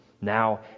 Now